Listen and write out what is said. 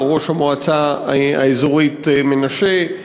ראש המועצה האזורית מנשה.